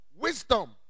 Wisdom